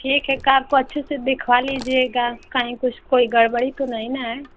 ठीक है कार को अच्छे से दिखवा लीजिएगा कहीं कुछ कोई गड़बड़ी तो नहीं न है